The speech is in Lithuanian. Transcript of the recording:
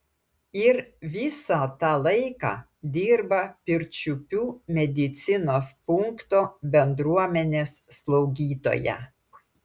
ir visą tą laiką dirba pirčiupių medicinos punkto bendruomenės slaugytoja